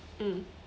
mm